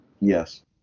Yes